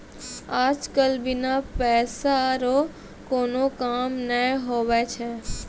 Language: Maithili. आज कल बिना पैसा रो कोनो काम नै हुवै छै